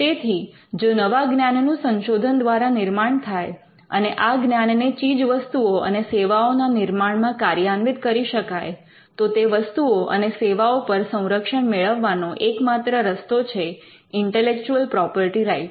તેથી જો નવા જ્ઞાનનું સંશોધન દ્વારા નિર્માણ થાય અને આ જ્ઞાનને ચીજવસ્તુઓ અને સેવાઓના નિર્માણમાં કાર્યાન્વિત કરી શકાય તો તે વસ્તુઓ અને સેવાઓ પર સંરક્ષણ મેળવવાનો એક માત્ર રસ્તો છે ઇન્ટેલેક્ચુઅલ પ્રોપર્ટી રાઇટ્સ